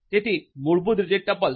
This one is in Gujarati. તેથી મૂળભૂત રીતે ટપલ્સ